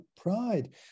pride